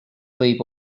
võib